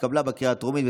התשפ"ג 2022,